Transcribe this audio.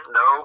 no